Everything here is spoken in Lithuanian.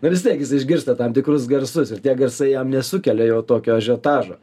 nu vis tiek jis išgirsta tam tikrus garsus ir tie garsai jam nesukelia jau tokio ažiotažo